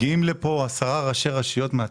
מגיעים לפה 10 ראשי רשויות מהצפון.